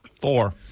Four